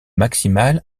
maximale